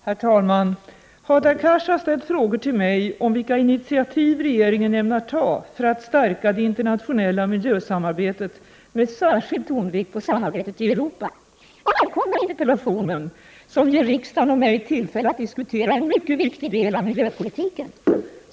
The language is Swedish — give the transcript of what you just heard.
Herr talman! Hadar Cars har ställt frågor till mig om vilka initiativ regeringen ämnar ta för att stärka det internationella miljösamarbetet med särskild tonvikt på samarbetet i Europa. Jag välkomnar interpellationen, som ger riksdagen och mig tillfälle att diskutera en mycket viktig del av miljöpolitiken.